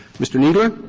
mr. kneedler.